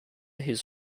his